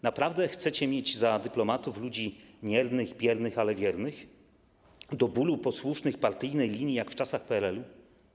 Naprawdę chcecie mieć za dyplomatów ludzi miernych, biernych, ale wiernych, do bólu posłusznych partyjnej linii, jak w czasach PRL-u?